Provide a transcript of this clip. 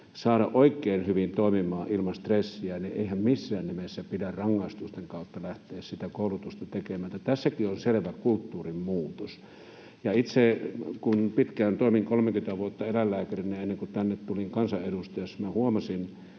saada oikein hyvin toimimaan ilman stressiä, niin eihän missään nimessä pidä rangaistusten kautta lähteä sitä koulutusta tekemään. Tässäkin on selvä kulttuurin muutos. Itse kun pitkään, 30 vuotta, toimin eläinlääkärinä ennen kuin tänne tulin kansanedustajaksi, minä